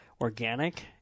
organic